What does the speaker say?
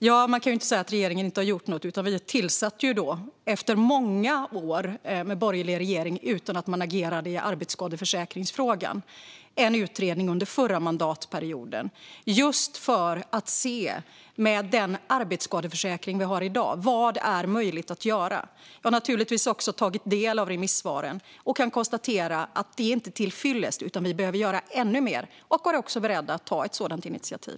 Fru talman! Man kan inte säga att regeringen inte har gjort något. Vi tillsatte, efter många år med en borgerlig regering som inte agerade i arbetsskadeförsäkringsfrågan, en utredning under förra mandatperioden. Det gjorde vi just för att se, med den arbetsskadeförsäkring vi har i dag, vad som är möjligt att göra. Jag har naturligtvis också tagit del av remissvaren och kan konstatera att det inte är till fyllest, utan vi behöver göra ännu mer och är också beredda att ta ett sådant initiativ.